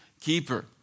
keeper